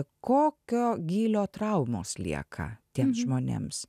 kokio gylio traumos lieka tiems žmonėms